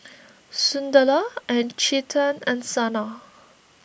Sunderlal and Chetan and Sanal